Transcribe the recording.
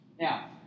now